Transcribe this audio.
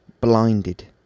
blinded